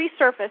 resurfaced